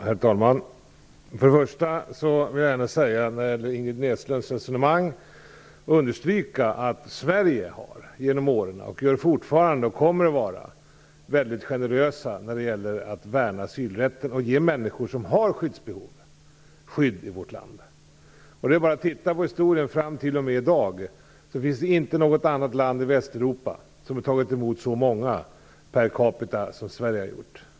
Herr talman! När det gäller Ingrid Näslunds resonemang vill jag understryka att vi i Sverige genom åren har varit, är och kommer att fortsätta att vara väldigt generösa när det gäller att värna asylrätten, så att de människor som har skyddsbehov får skydd i vårt land. Om man ser på historien fram till i dag, finner man att inget annat land i Västeuropa har tagit emot så många flyktingar per capita som vi i Sverige har gjort.